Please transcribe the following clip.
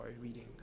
reading